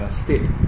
state